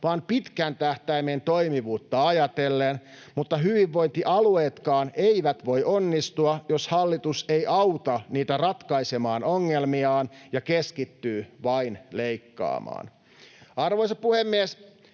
vaan pitkän tähtäimen toimivuutta ajatellen, mutta hyvinvointialueetkaan eivät voi onnistua, jos hallitus ei auta niitä ratkaisemaan ongelmiaan ja keskittyy vain leikkaamaan. Arvoisa puhemies!